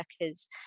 workers